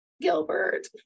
Gilbert